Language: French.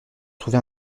trouver